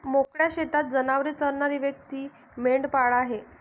मोकळ्या शेतात जनावरे चरणारी व्यक्ती मेंढपाळ आहे